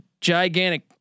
gigantic